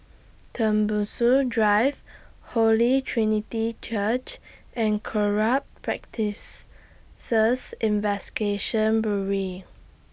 Tembusu Drive Holy Trinity Church and Corrupt Practices Investigation Bureau